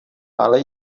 ale